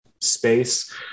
space